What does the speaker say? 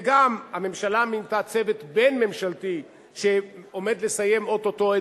וגם הממשלה מינתה צוות בין-ממשלתי שעומד לסיים או-טו-טו את